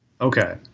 Okay